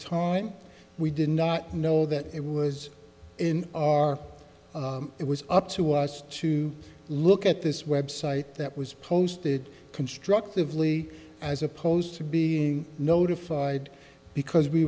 time we did not know that it was in our it was up to us to look at this website that was posted constructively as opposed to being notified because we